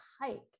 hike